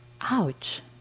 ouch